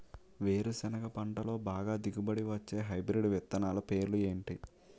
వేరుసెనగ పంటలో బాగా దిగుబడి వచ్చే హైబ్రిడ్ విత్తనాలు పేర్లు ఏంటి?